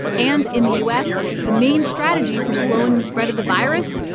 and in the u s, the main strategy for slowing the spread of the virus,